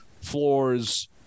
floors